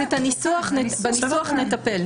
בניסוח נטפל.